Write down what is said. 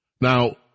Now